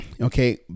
Okay